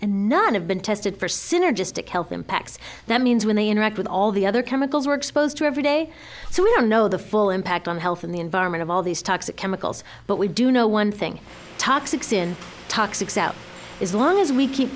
and not have been tested for synergistic health impacts that means when they interact with all the other chemicals were exposed to every day so we don't know the full impact on health in the environment of all these toxic chemicals but we do know one thing toxics in toxics out is long as we keep